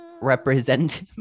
represent